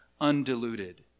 undiluted